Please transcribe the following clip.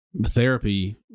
Therapy